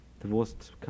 divorced